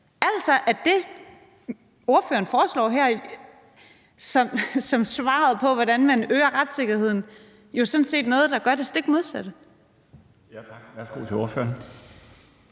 Altså, det, ordføreren foreslår her, som svaret på, hvordan man øger retssikkerheden, er jo sådan set noget, der gør det stik modsatte. Kl. 19:37 Den fg. formand